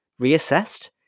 reassessed